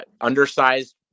undersized